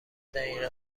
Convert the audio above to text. دقیقه